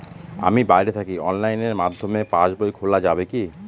আমি বাইরে থাকি অনলাইনের মাধ্যমে পাস বই খোলা যাবে কি?